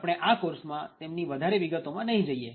આપણે આ કોર્સમાં તેમની વધારે વિગતોમાં નહિ જઈએ